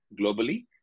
globally